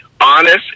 honest